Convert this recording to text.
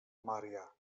maria